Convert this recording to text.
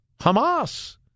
Hamas